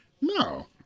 no